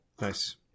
Nice